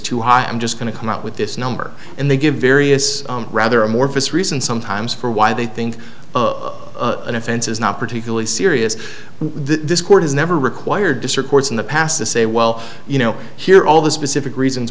too high i'm just going to come out with this number and they give various rather amorphous reason sometimes for why they think an offense is not particularly serious this court is never required district courts in the past to say well you know here all the specific reasons